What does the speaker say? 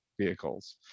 vehicles